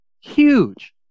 huge